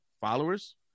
followers